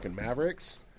Mavericks